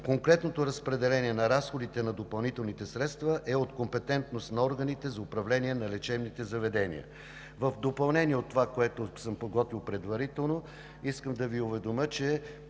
Конкретното разпределение на разходите, на допълнителните средства е от компетентност на органите за управление на лечебните заведения. В допълнение на това, което съм подготвил предварително, искам да Ви уведомя, че